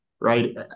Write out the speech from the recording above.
right